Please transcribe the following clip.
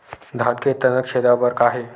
धान के तनक छेदा बर का हे?